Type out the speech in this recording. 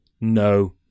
no